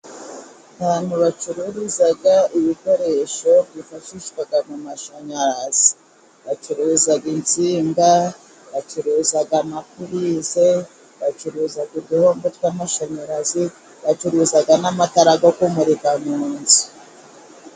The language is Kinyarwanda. Ahantu bacururiza ibikoresho byifashishwa mu mashanyarazi, bacuruza insinga, bacuruza amapulize, bacuruza uduhombo tw'amashanyarazi, bacuruza n'amatara yo kumurika mu nzu.